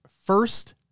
first